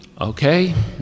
Okay